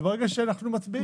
וברגע שאנחנו מצביעים,